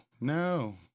no